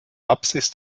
apsis